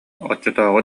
оччотооҕу